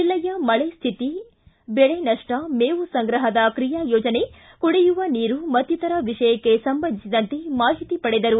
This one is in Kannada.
ಜಿಲ್ಲೆಯ ಮಳೆ ಸ್ಥಿತಿ ಬೆಳೆ ನಷ್ಟ ಮೇವು ಸಂಗ್ರಹದ ಕ್ರಿಯಾ ಯೋಜನೆ ಕುಡಿಯುವ ನೀರು ಮತ್ತಿತರ ವಿಷಯಕ್ಕೆ ಸಂಬಂಧಿಸಿದಂತೆ ಮಾಹಿತಿ ಪಡೆದರು